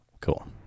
Cool